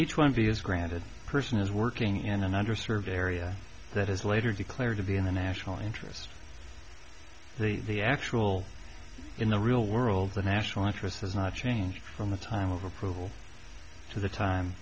you one be is granted person is working in an under served area that is later declared to be in the national interest for the actual in the real world the national interest has not changed from the time of approval to the time